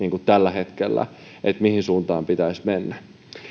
tällä hetkellä siitä mihin suuntaan pitäisi mennä